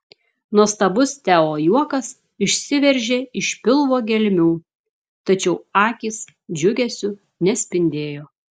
nuostabus teo juokas išsiveržė iš pilvo gelmių tačiau akys džiugesiu nespindėjo